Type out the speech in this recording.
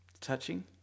Touching